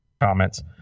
comments